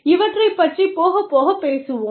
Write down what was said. இவற்றைப் பற்றிப் போகப்போகப் பேசுவோம்